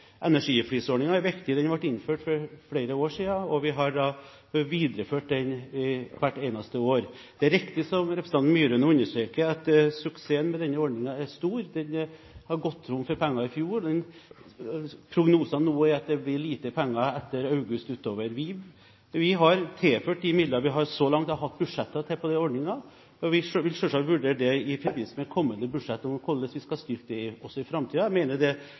Energiflisordningen er viktig. Den ble innført for flere år siden, og vi har videreført den hvert eneste år. Det er riktig, som representanten Myraune understreker, at suksessen med denne ordningen er stor. Den gikk tom for penger i fjor, og prognosene nå er at det blir lite penger etter august og utover. Vi har tilført de midler vi så langt har hatt budsjetter til på den ordningen, og vi vil selvsagt i forbindelse med kommende budsjett vurdere hvordan vi skal styrke det også i framtiden. Jeg mener det